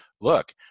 look